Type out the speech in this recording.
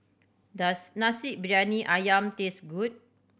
does Nasi Briyani Ayam taste good